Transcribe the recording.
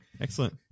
Excellent